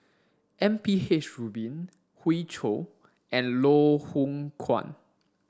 M P H Rubin Hoey Choo and Loh Hoong Kwan